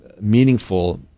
meaningful